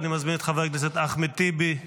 אני מזמין את חבר הכנסת אחמד טיבי.